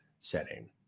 setting